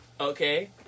Okay